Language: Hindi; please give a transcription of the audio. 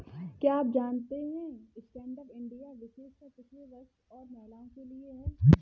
क्या आप जानते है स्टैंडअप इंडिया विशेषकर पिछड़े वर्ग और महिलाओं के लिए है?